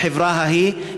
לחברה ההיא,